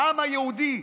העם היהודי,